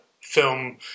film